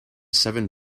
seven